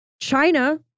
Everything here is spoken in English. China